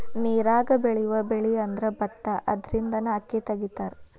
ನೇರಾಗ ಬೆಳಿಯುವ ಬೆಳಿಅಂದ್ರ ಬತ್ತಾ ಅದರಿಂದನ ಅಕ್ಕಿ ತಗಿತಾರ